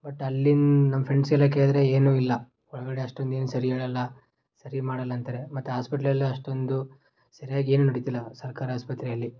but ಅಲ್ಲಿನ ನಮ್ಮ ಫ್ರೆಂಡ್ಸೆಲ್ಲ ಕೇಳಿದ್ರೆ ಏನೂ ಇಲ್ಲ ಒಳಗಡೆ ಅಷ್ಟೊಂದು ಏನೂ ಸರಿ ಇರೋಲ್ಲ ಸರಿ ಮಾಡಲ್ಲ ಅಂತಾರೆ ಮತ್ತು ಹಾಸ್ಪೆಟ್ಲಲ್ಲೂ ಅಷ್ಟೊಂದು ಸರ್ಯಾಗಿ ಏನೂ ನಡೀತಿಲ್ಲ ಸರ್ಕಾರ ಆಸ್ಪತ್ರೆಯಲ್ಲಿ